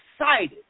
excited